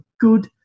good